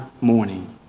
morning